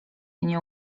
nie